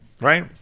right